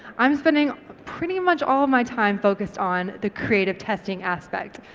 i'm spending pretty much all of my time focused on the creative testing aspect.